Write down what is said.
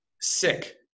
sick